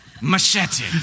Machete